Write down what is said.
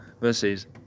versus